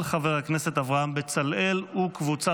אושרה בקריאה הטרומית ותעבור לדיון בוועדת